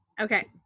Okay